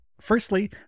Firstly